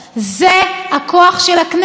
זה הכוח של הכנסת,